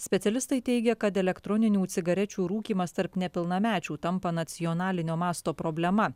specialistai teigia kad elektroninių cigarečių rūkymas tarp nepilnamečių tampa nacionalinio masto problema